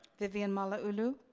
vivian malauulu.